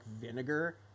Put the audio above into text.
vinegar